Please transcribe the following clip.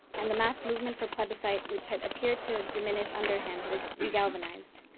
and the mass movement for plebiscite, which had appeared to diminish under him, was re-galvanized.